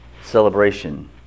celebration